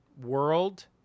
world